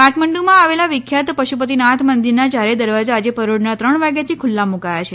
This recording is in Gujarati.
કાઢમંડુમાં આવેલા વિખ્યાત પશુપતીનાથ મંદિરના ચારેથ દરવાજા આજે પરોઢના ત્રણ વાગ્યાથી ખુલ્લા મુકાયા છે